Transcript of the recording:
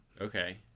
Okay